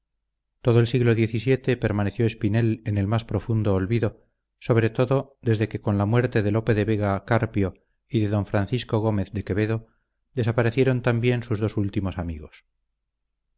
todo el siglo xvii permaneció espinel en el más profundo olvido sobre todo desde que con la muerte de lope de vega carpio y de don francisco gomez de quevedo desaparecieron también sus dos últimos amigos